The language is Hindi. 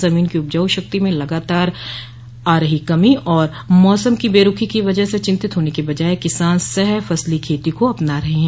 जमीन की उपजाऊ शक्ति में लगातार आ रही कमी और मौसम की बेरुखी की वजह से चिंतित होने के बजाय किसान सह फसली खेती के अपना रहे हैं